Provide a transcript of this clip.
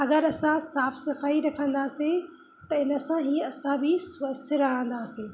अगरि असां साफ़ सफ़ाई रखंदासीं त इन सां हीअं असां बि स्वस्थ रहंदासीं